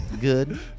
good